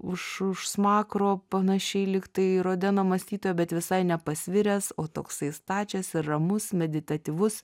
už už smakro panašiai lyg tai rodeno mąstytojo bet visai nepasviręs o toksai stačias ir ramus meditatyvus